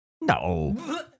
no